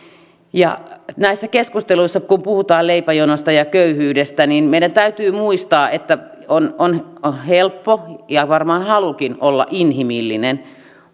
näissä keskusteluissa kun puhutaan leipäjonoista ja köyhyydestä meidän täytyy muistaa että on on helppo ja varmaan halukin olla inhimillinen